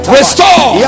Restore